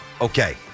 Okay